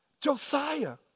Josiah